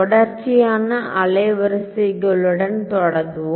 தொடர்ச்சியான அலைவரிசைகளுடன் தொடங்குவோம்